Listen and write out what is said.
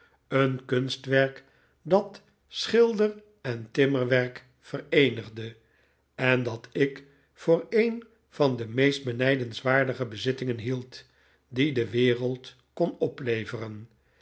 een kunstwerk dat schilder en timmerwerk vereenigde en dat ik voor een van de meest benijdenswaardige bezittingen hield die de wereld kon opleveren